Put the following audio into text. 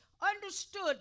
understood